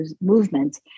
movement